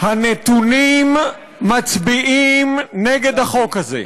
הנתונים מצביעים נגד החוק הזה.